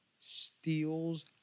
steals